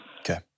Okay